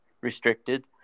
restricted